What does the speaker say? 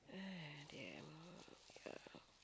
oh dear yeah